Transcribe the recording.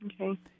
Okay